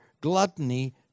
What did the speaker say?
gluttony